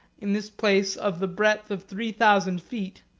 in this place of the breadth of three thousand feet,